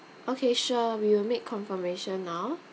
okay sure we will make confirmation now